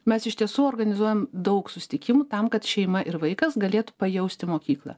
mes iš tiesų organizuojam daug susitikimų tam kad šeima ir vaikas galėtų pajausti mokyklą